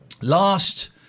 last